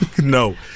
No